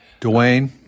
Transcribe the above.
Dwayne